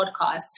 podcast